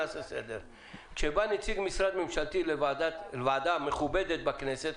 כשבא נציג משרד ממשלתי לוועדה מכובדת בכנסת,